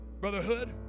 Brotherhood